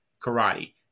karate